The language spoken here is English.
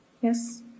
Yes